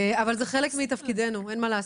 אבל זה חלק מתפקידנו, אין מה לעשות.